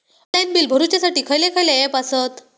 Online bill भरुच्यासाठी खयचे खयचे ऍप आसत?